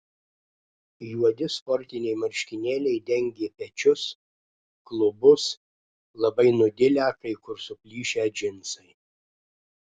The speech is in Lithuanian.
juodi sportiniai marškinėliai dengė pečius klubus labai nudilę kai kur suplyšę džinsai